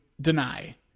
deny